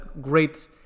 great